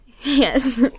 Yes